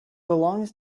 belongs